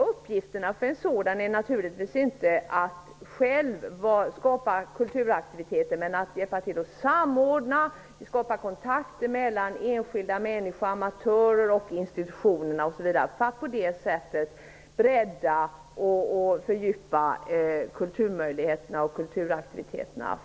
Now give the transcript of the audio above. Uppgifterna för en sådan är naturligtvis inte att själv skapa kulturaktiviteter men att hjälpa till att samordna, skapa kontakter mellan enskilda människor, amatörer, institutioner osv. för att på det sättet bredda och fördjupa kulturaktiviteterna.